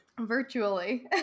virtually